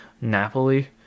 Napoli